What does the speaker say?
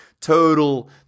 total